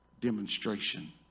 demonstration